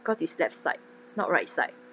cause it's left side not right side